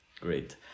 Great